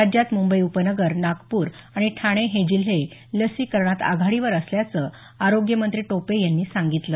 राज्यात मुंबई उपनगर नागपूर आणि ठाणे हे जिल्हे लसीकरणात आघाडीवर असल्याचं आरोग्यमंत्री टोपे यांनी सांगितलं